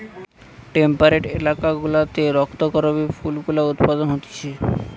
temperate এলাকা গুলাতে রক্ত করবি ফুল গুলা উৎপাদন হতিছে